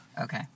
Okay